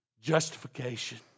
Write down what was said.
justification